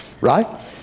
Right